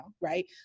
right